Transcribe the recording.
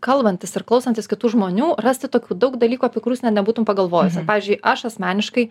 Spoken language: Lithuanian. kalbantis ir klausantis kitų žmonių rasti tokių daug dalykų apie kurius net nebūtum pagalvojusi pavyzdžiui aš asmeniškai